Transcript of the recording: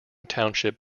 township